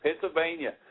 Pennsylvania